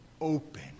open